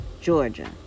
georgia